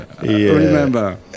Remember